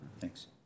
Thanks